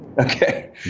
Okay